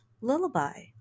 Lullaby